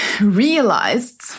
realized